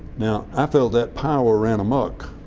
now i felt that power ran amuck.